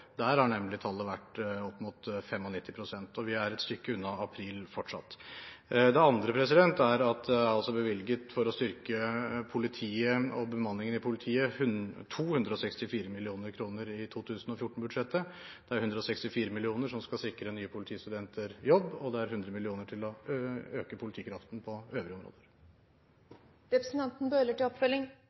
Der har nemlig tallet vært opp mot 95 pst. Vi er fortsatt et stykke unna april. Det andre er at det er bevilget 264 mill. kr i 2014-budsjettet for å styrke politiet og bemanningen i politiet. Det er 164 mill. kr som skal sikre nye politistudenter jobb, og det er 100 mill. kr til å øke politikraften på øvrige områder.